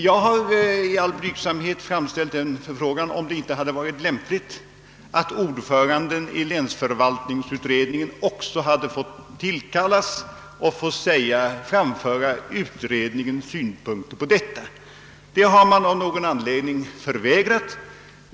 Jag har i all blygsamhet framställt en förfrågan, huruvida det inte hade varit lämpligt att också ordföranden i länsförvaltningsutredningen tillkallats och fått framföra utredningens synpunkter på problemet. Det har man av någon anledning förvägrat honom.